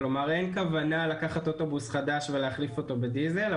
אין כוונה לקחת אוטובוס חדש ולהחליף אותו בדיזל.